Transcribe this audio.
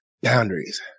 boundaries